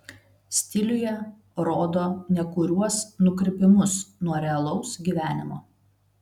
stiliuje rodo nekuriuos nukrypimus nuo realaus gyvenimo